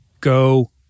Go